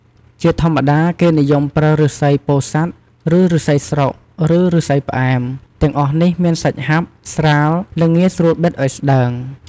ជាធម្មតា គេនិយមប្រើឫស្សីពោធិ៍សាត់ ឫស្សីស្រុក ឬ ឫស្សីផ្អែម ទាំងអស់នេះមានសាច់ហាប់ ស្រាល និងងាយស្រួលបិតអោយស្ដើង។